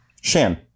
Shan